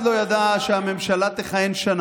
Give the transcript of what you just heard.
לכתב אישום ----- כאשר אף אחד לא ידע שהממשלה תכהן שנה,